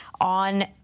on